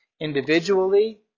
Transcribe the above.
individually